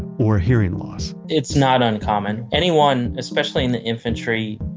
or hearing loss it's not uncommon. anyone, especially in the infantry,